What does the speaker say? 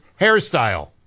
hairstyle